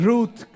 Ruth